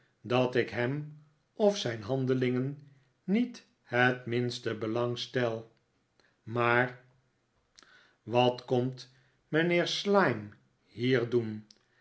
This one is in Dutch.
dat ik in hem of zijn handelingen niet het minste belang stel maar wat mijnheer pecksniff wordt door